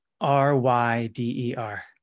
R-Y-D-E-R